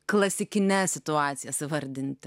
klasikines situacijas įvardinti